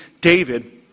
David